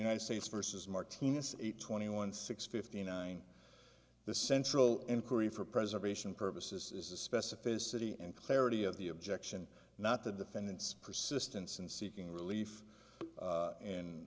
united states versus martinez a twenty one six fifty nine the central inquiry for preservation purposes is the specificity and clarity of the objection not the defendant's persistence in seeking relief